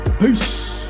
Peace